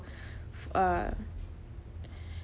uh